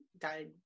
died